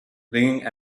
ringing